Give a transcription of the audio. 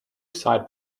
side